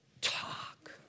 Talk